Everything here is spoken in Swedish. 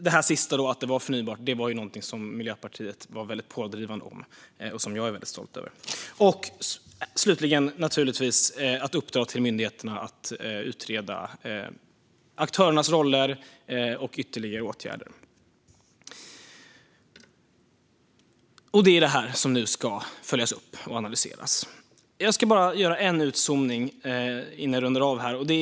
Detta att den skulle vara förnybar var något som Miljöpartiet var pådrivande i, vilket jag är väldigt stolt över. Slutligen uppdrog man åt myndigheterna att utreda aktörernas roller och ytterligare åtgärder. Det är detta som nu ska följas upp och analyseras. Jag ska bara göra en utzoomning innan jag rundar av.